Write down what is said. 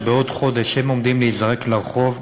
שבעוד חודש הם עומדים להיזרק לרחוב,